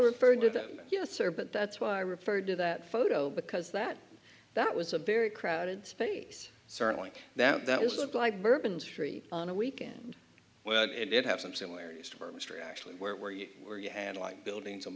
referred to that yes sir but that's why i referred to that photo because that that was a very crowded space certainly that was looked like bourbon street on a weekend well it did have some similarities to bourbon street actually where where you were you had like buildings